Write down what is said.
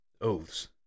Oaths